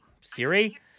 Siri